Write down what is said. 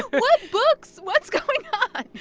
what books? what's going on?